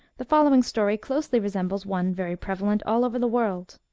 the following story closely resembles one very prevalent all over the world.